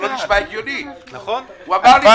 הוא מכשיר